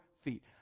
feet